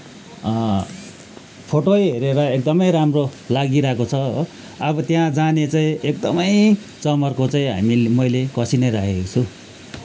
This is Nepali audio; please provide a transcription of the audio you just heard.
फोटै हेरेर एकदमै राम्रो लागिरहेको छ हो अब त्यहाँ जाने चाहिँ एकदमै जमर्को चाहिँ हामी मैले कसी नै राखेको छु